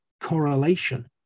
correlation